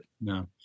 no